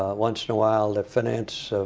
ah once in awhile the finance